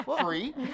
Free